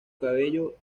cabello